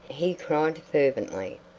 he cried fervently.